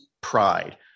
pride